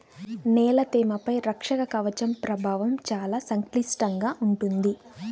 నేల తేమపై రక్షక కవచం ప్రభావం చాలా సంక్లిష్టంగా ఉంటుంది